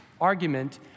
Argument